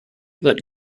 that